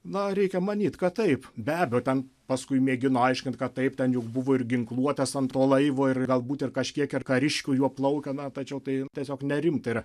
na reikia manyt kad taip be abejo ten paskui mėgino aiškint kad taip ten jau buvo ir ginkluotės ant to laivo ir galbūt ir kažkiek ir kariškių juo plaukė na tačiau tai tiesiog nerimta ir